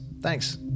Thanks